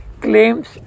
claims